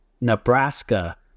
nebraska